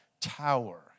tower